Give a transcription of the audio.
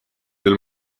del